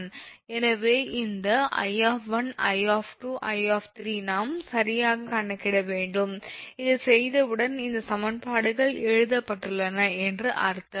எனவே இந்த 𝐼 𝐼 𝐼 நாம் சரியாக கணக்கிட வேண்டும் இதைச் செய்தவுடன் இந்த சமன்பாடுகள் எழுதப்பட்டுள்ளன என்று அர்த்தம்